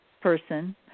person